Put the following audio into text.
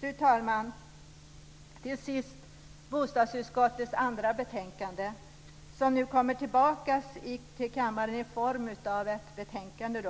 Till sist gäller det bostadsutskottets andra betänkande som nu kommer tillbaka till kammaren just i form av dagens betänkande.